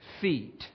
feet